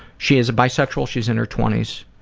she is a bisexual, she is in her twenty s.